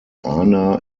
ana